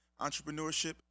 entrepreneurship